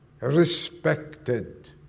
Respected